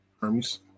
Hermes